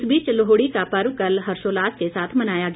इस बीच लोहड़ी का पर्व कल हर्षोल्लास के साथ मनाया गया